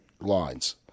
lines